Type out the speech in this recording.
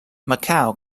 macau